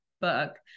book